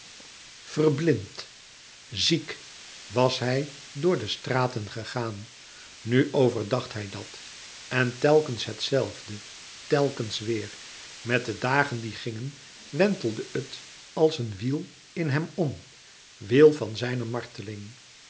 verblind ziek was hij door de straten gegaan nu overdacht hij dat en telkens het zelfde telkens weêr met de dagen die gingen wentelde het als een wiel in hem om wiel van zijne marteling